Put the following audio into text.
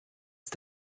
ist